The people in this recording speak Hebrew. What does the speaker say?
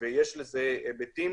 יש לזה היבטים